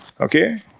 Okay